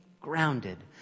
grounded